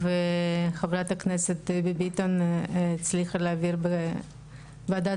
וחברת הכנסת דבי ביטון הצליחה להעביר בוועדת